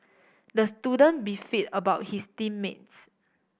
the student beefed about his team mates